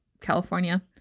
California